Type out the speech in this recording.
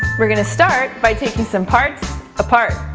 we're going to start by taking some parts apart.